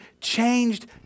changed